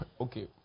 Okay